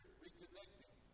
Reconnecting